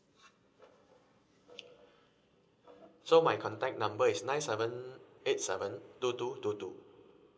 so my contact number is nine seven eight seven two two two two